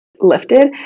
lifted